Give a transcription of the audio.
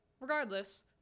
regardless